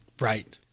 Right